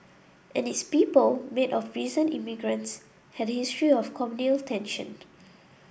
and its people made up of recent immigrants had a history of communal tensions